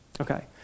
Okay